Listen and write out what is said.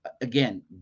again